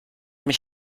mich